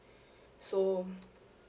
so